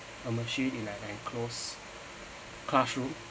a machine in an enclosed classroom